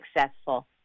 successful